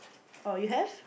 oh you have